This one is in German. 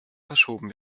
verschoben